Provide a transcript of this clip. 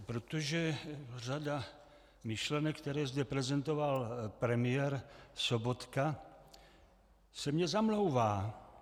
Protože řada myšlenek, které zde prezentoval premiér Sobotka, se mi zamlouvá.